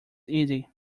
easy